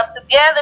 together